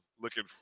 looking